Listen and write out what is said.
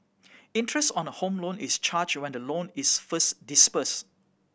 interest on a Home Loan is charge when the loan is first disbursed